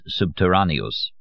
subterraneus